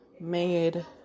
made